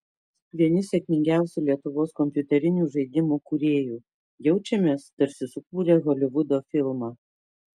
vieni sėkmingiausių lietuvos kompiuterinių žaidimų kūrėjų jaučiamės tarsi sukūrę holivudo filmą